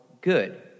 good